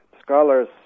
scholars